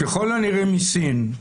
ככל הנראה מסין,